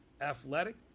athletic